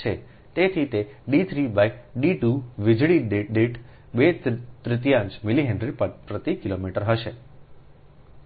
તેથી તે D 3 by D 2 વીજળી દીઠ બે તૃતીયાંશ મિલિહેનરી પ્રતિ કિલોમીટર હશે